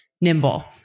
nimble